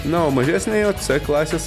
na o mažesnė jo c klasės